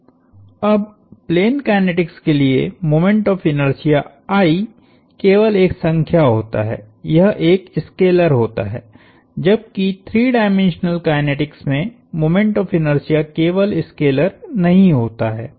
अब plane kinetics के लिएमोमेंट ऑफ़ इनर्शिया "I" केवल एक संख्या होता है यह एक स्कलेर होता है जबकि 3 डाइमेंशनल काइनेटिक्स में मोमेंट ऑफ़ इनर्शिया केवल स्कलेर नहीं होता है